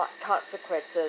consequences